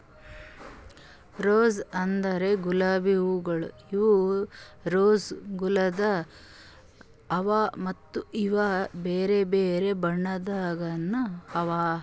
rose ಅಂದುರ್ ಗುಲಾಬಿ ಹೂವುಗೊಳ್ ಇವು ರೋಸಾ ಕುಲದ್ ಅವಾ ಮತ್ತ ಇವು ಬೇರೆ ಬೇರೆ ಬಣ್ಣದಾಗನು ಅವಾ